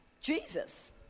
Jesus